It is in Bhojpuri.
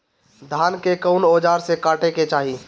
धान के कउन औजार से काटे के चाही?